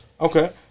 Okay